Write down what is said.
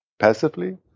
passively